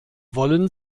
wollen